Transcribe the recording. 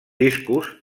discos